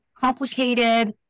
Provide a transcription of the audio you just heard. complicated